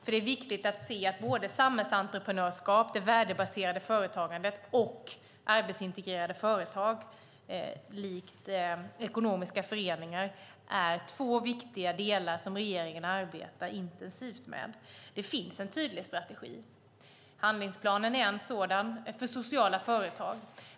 Det är viktigt att se att både samhällsentreprenörskap, det värdebaserade företagandet, och arbetsintegrerade företag likt ekonomiska föreningar är två viktiga delar som regeringen arbetar intensivt med. Det finns en tydlig strategi. Handlingsplanen för sociala företag är en sådan.